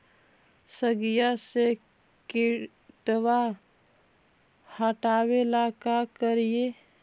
सगिया से किटवा हाटाबेला का कारिये?